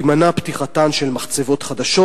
תימנע פתיחתן של מחצבות חדשות,